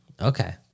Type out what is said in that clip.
Okay